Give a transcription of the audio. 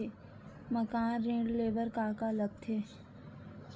मकान ऋण ले बर का का लगथे?